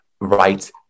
right